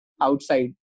outside